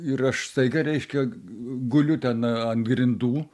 ir aš staiga reiškia guliu ten ant grindų